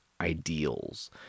ideals